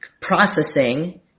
processing